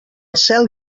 cel